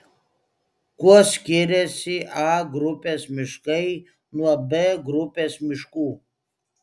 kuo skiriasi a grupės miškai nuo b grupės miškų